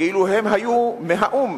כאילו הם היו מהאו"ם,